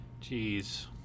Jeez